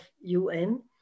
UN